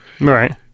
Right